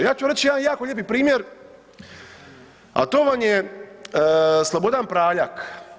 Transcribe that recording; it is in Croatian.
Ja ću vam reći jedan jako lijepi primjer a to vam je Slobodan Praljak.